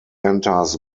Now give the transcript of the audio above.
enters